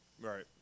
Right